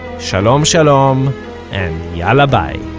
shalom shalom and yalla bye